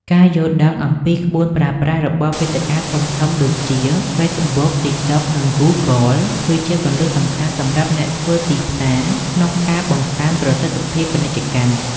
ការយល់ដឹងអំពីក្បួនប្រើប្រាស់ របស់វេទិកាធំៗដូចជា Facebook, TikTok និង Google គឺជាគន្លឹះសំខាន់សម្រាប់អ្នកធ្វើទីផ្សារក្នុងការបង្កើនប្រសិទ្ធភាពផ្សាយពាណិជ្ជកម្ម។